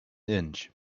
inch